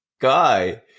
guy